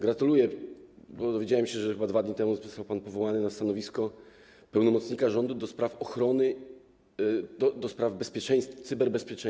Gratuluję, bo dowiedziałem się, że chyba 2 dni temu został pan powołany na stanowisko pełnomocnika rządu ds. cyberbezpieczeństwa.